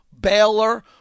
Baylor